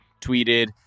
tweeted